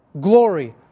glory